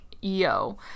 yo